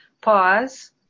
pause